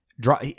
draw